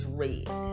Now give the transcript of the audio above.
red